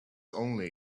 only